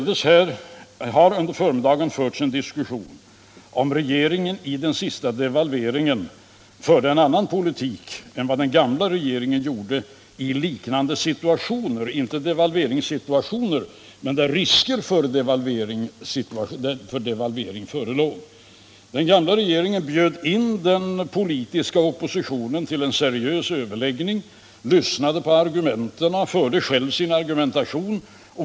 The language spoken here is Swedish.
Det har under förmiddagen förts en diskussion om huruvida regeringen vid den senaste devalveringen förde en annan politik än vad den gamla regeringen gjorde i liknande situationer — inte devalveringssituationer, men när risker för devalvering förelåg. Den gamla regeringen bjöd in den politiska oppositionen till en seriös överläggning, lyssnade på argumenten och förde själv sin argumentation.